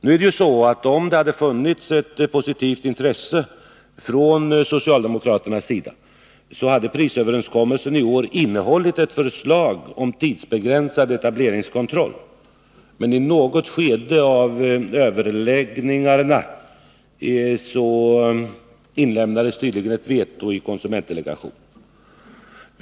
Nu är det ju så att om det hade funnits ett positivt intresse från socialdemokraternas sida, hade prisöverenskommelsen i år innehållit ett förslag om tidsbegränsad etableringskontroll. Men i något skede av överläggningarna inlämnades tydligen ett veto i konsumentdelegationen.